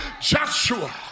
Joshua